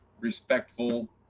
respectful,